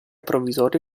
provvisorio